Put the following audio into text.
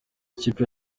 ikipe